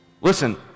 Listen